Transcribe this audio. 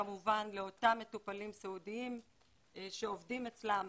כמובן לאותם מטופלים סיעודיים שעובדים אצלם